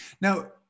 Now